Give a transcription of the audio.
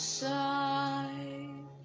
side